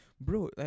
bro